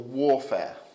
warfare